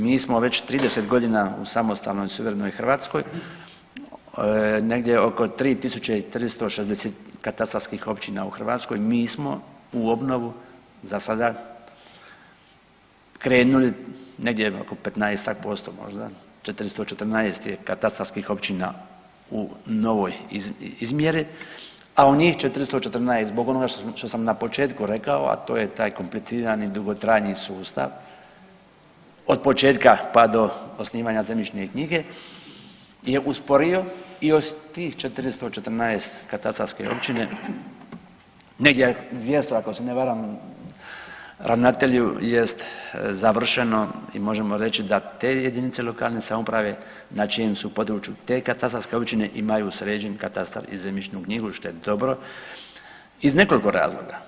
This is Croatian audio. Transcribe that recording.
Mi smo već 30.g. u samostalnoj suverenoj Hrvatskoj, negdje oko 3.360 katastarskih općina u Hrvatskoj, mi smo u obnovu za sada krenuli negdje oko 15-tak posto možda, 414 je katastarskih općina u novoj izmjeri, a od njih 414 zbog onoga što sam na početku rekao, a to je taj komplicirani dugotrajni sustav, od početka pa do osnivanja zemljišne knjige je usporio i od tih 414 katastarske općine negdje 200 ako se ne varam ravnatelju jest završeno i možemo reći da te JLS na čijem su području te katastarske općine imaju sređen katastar i zemljišnu knjigu, što je dobro iz nekoliko razloga.